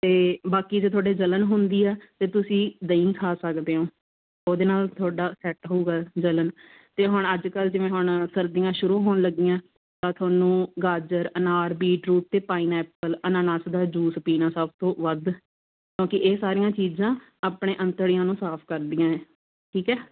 ਅਤੇ ਬਾਕੀ ਜੇ ਤੁਹਾਡੇ ਜਲਨ ਹੁੰਦੀ ਹੈ ਅਤੇ ਤੁਸੀਂ ਦਹੀਂ ਖਾ ਸਕਦੇ ਓਂ ਉਹਦੇ ਨਾਲ ਤੁਹਾਡਾ ਸੈੱਟ ਹੋਵੇਗਾ ਜਲਨ ਅਤੇ ਹੁਣ ਅੱਜ ਕੱਲ੍ਹ ਜਿਵੇਂ ਹੁਣ ਸਰਦੀਆਂ ਸ਼ੁਰੂ ਹੋਣ ਲੱਗੀਆਂ ਤਾਂ ਤੁਹਾਨੂੰ ਗਾਜਰ ਅਨਾਰ ਬੀਟਰੂਟ ਅਤੇ ਪਾਈਨਐਪਲ ਅਨਾਨਾਸ ਦਾ ਜੂਸ ਪੀਣਾ ਸਭ ਤੋਂ ਵੱਧ ਕਿਉਂਕਿ ਇਹ ਸਾਰੀਆਂ ਚੀਜ਼ਾਂ ਆਪਣੇ ਅੰਤੜੀਆਂ ਨੂੰ ਸਾਫ਼ ਕਰਦੀਆਂ ਹੈ ਠੀਕ ਹੈ